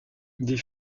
des